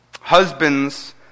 Husbands